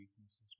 weaknesses